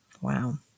Wow